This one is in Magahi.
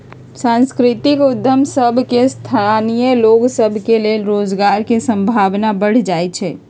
सांस्कृतिक उद्यम सभ में स्थानीय लोग सभ के लेल रोजगार के संभावना बढ़ जाइ छइ